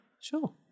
Sure